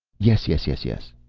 yes, yes, yes, yes,